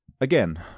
Again